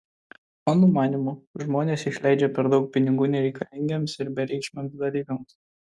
mano manymu žmonės išleidžia per daug pinigų nereikalingiems ir bereikšmiams dalykams